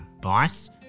boss